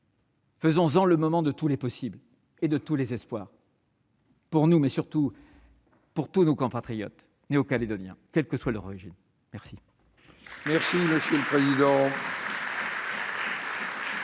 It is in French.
dangers un moment de tous les possibles et de tous les espoirs pour nous, mais surtout pour tous nos compatriotes néo-calédoniens, quelle que soit leur origine. La